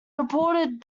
reported